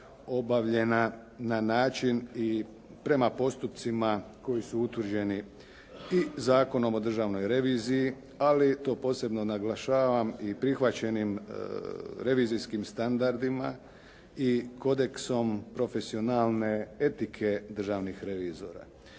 obavljena na način i prema postupcima koji su utvrđeni i Zakonom o državnoj reviziji ali eto posebno naglašavam i prihvaćenim revizijskim standardima i kodeksom profesionalne etike državnih revizora.